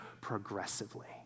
progressively